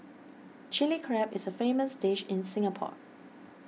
Chilli Crab is a famous dish in Singapore